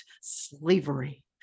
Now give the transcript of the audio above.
slavery